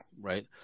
right